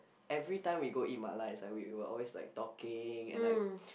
every time we go eat mala it's like we will always like talking and like